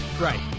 Right